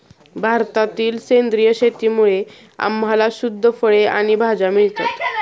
भारतातील सेंद्रिय शेतीमुळे आम्हाला शुद्ध फळे आणि भाज्या मिळतात